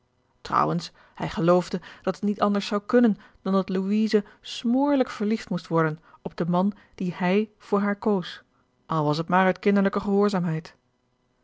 trouwens hij geloofde dat het niet anders zou kunnen dan dat louise smoorlijk verliefd moest worden op den man dien hij voor haar koos al was het maar uit kinderlijke gehoorzaamheid